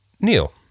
Neil